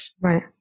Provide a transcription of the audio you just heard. right